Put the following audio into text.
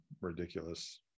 ridiculous